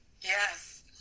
yes